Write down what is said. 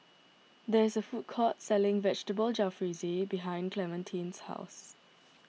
there is a food court selling Vegetable Jalfrezi behind Clementine's house